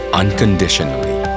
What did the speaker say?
unconditionally